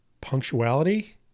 punctuality